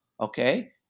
okay